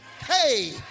Hey